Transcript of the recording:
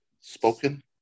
spoken